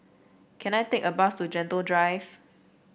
can I take a bus to Gentle Drive